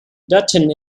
dutton